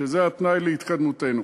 שזה התנאי להתקדמותנו.